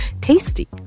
tasty